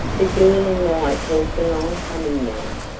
the girl in white walked along humming now,